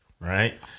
right